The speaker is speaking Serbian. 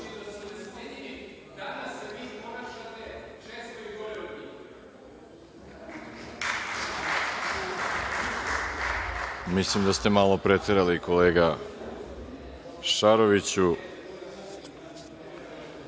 njih.)Mislim da ste malo preterali kolega Šaroviću. Ja